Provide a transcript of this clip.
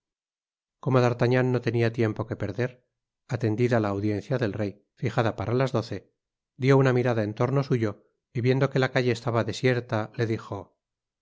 como d'artagnan no tenia tiempo que perder atendida la audiencia del rey fijada para las doce dió una mirada en torno suyo y viendo que la calle estaba desierta le dijo